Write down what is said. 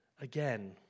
again